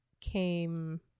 Came